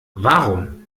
warum